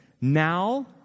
now